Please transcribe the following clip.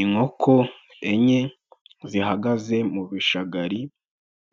Inkoko enye zihagaze mu bishagari